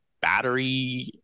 battery